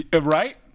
Right